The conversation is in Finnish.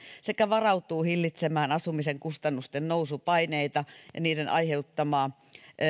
sekä varautuu hillitsemään asumisen kustannusten nousupaineita ja niiden aiheuttamaa